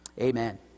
Amen